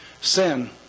Sin